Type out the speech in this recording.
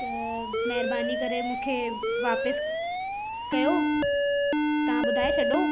महिरबानी करे मूंखे वापिसि कयो तव्हां ॿुधाए छॾियो